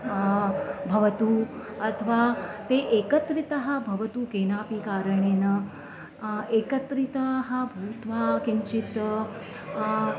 भवतु अथवा ते एकत्रिताः भवतु केनापि कारणेन एकत्रिताः भूत्वा किञ्चित्